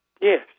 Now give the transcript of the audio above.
Yes